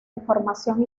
información